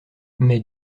mais